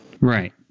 Right